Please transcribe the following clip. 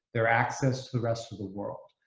their access to the rest of the world.